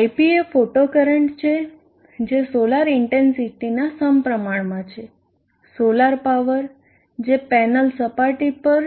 ip એ photo current છે જે સોલાર ઇન્ટેન્સીટીનાં સમપ્રમાણ છે સોલર પાવર જે પેનલ સપાટી પર